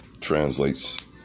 translates